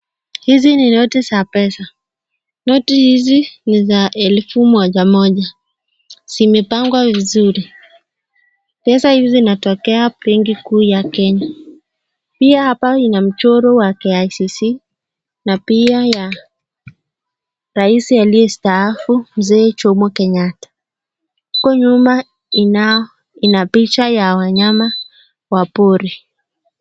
Hizi ni noti za pesa. Noti hizi ni za elfu Moja moja. Zimepangwa vizuri. Pesa hizi inatokea Benki Kuu ya Kenya. Pia hapa ina mchoro wa KICC na pia ya rais aliestaafu, Mzee Jomo Kenyatta. Huko nyuma inao, ina picha ya wanyama wa pori.